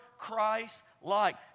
Christ-like